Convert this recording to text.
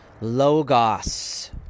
Logos